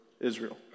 Israel